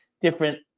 different